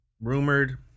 rumored